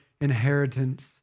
inheritance